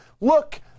Look